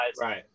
Right